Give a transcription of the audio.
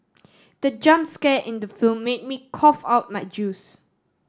the jump scare in the film made me cough out my juice